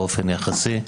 באופן יחסי,